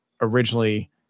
originally